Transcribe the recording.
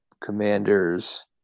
Commanders